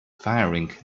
firing